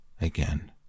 again